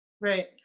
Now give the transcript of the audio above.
Right